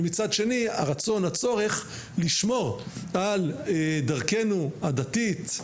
ומצד שני הרצון והצורך לשמור על דרכנו הדתית,